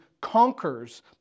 conquers